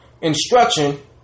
instruction